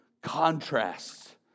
contrasts